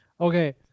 Okay